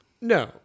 No